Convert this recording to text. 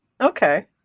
okay